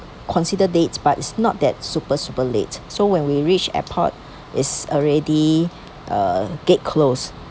considered late but it's not that super super late so when we reach airport is already uh gate close